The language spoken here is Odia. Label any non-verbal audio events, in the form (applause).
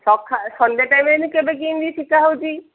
(unintelligible) ସନ୍ଧ୍ୟା ଟାଇମ୍ରେ ଏଇନେ କେବେ କେମିତି ଶିଖା ହେଉଛି